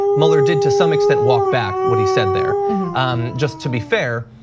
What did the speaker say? mueller did to some extent walk back what he said there um just to be fair.